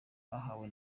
bahawe